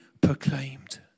proclaimed